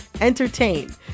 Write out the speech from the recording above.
entertain